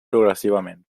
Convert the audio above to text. progressivament